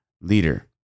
leader